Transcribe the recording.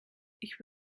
ich